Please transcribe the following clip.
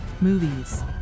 movies